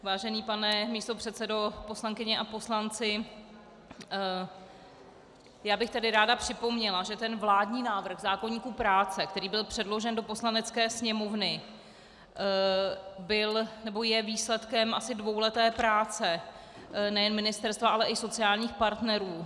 Vážený pane místopředsedo, poslankyně a poslanci, já bych ráda připomněla, že vládní návrh zákoníku práce, který byl předložen do Poslanecké sněmovny, je výsledkem asi dvouleté práce nejen ministerstva, ale i sociálních partnerů.